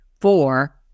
Four